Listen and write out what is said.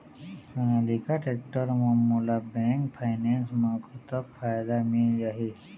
Sonalika tractor म मोला bank finance म कतक फायदा मिल जाही?